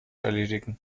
erledigen